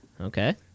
okay